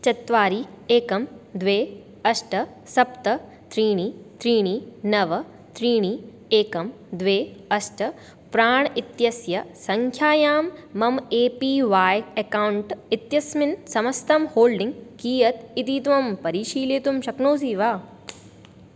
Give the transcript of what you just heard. चत्वारि एकं द्वे अष्ट सप्त त्रीणि त्रीणि नव त्रीणि एकं द्वे अष्ट प्राण् इत्यस्य सङ्ख्यायां मम ए पी वाय् अकौण्ट् इत्यस्मिन् समस्तं होल्डिङ्ग् कियत् इति त्वं परिशीलयितुं शक्नोषि वा